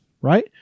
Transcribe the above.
right